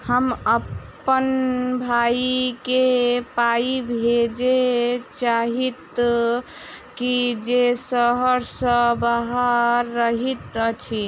हम अप्पन भयई केँ पाई भेजे चाहइत छि जे सहर सँ बाहर रहइत अछि